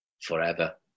forever